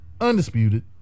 undisputed